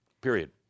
period